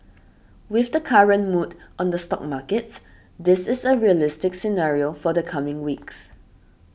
with the current mood on the stock markets this is a realistic scenario for the coming weeks